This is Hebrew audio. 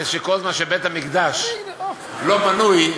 זה שכל זמן שבית-המקדש לא בנוי,